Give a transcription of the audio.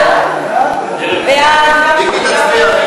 ההצעה לכלול